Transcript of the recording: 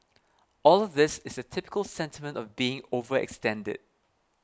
all of this is the typical sentiment of being overextended